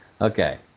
Okay